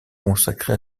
consacré